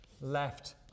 left